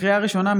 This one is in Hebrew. לקריאה ראשונה,